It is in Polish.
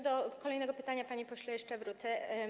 Do kolejnego pytania, panie pośle, jeszcze wrócę.